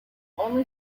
only